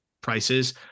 prices